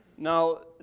Now